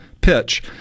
pitch